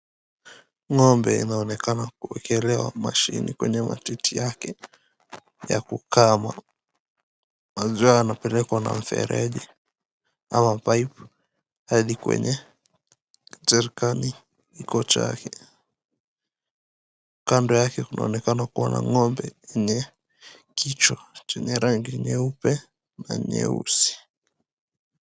Ng'ombe inaonekana kuwekelewa mashini kwenye matiti yake ya kukamwa. Maziwa yanapelekwa na mfereji ama pipe hadi kwenye jerrican iko, kando yake kunaonekana kuna ng'ombe yenye kichwa chenye rangi nyeupe na nyeusi.